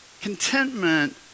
Contentment